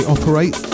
Operate